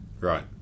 Right